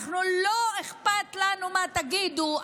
לא אכפת לנו מה תגידו,